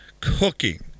cooking